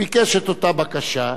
ביקש את אותה בקשה,